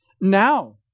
now